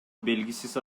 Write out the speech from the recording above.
белгисиз